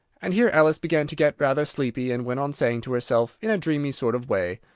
and here alice began to get rather sleepy, and went on saying to herself, in a dreamy sort of way,